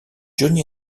johnny